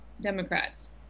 Democrats